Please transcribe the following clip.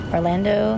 Orlando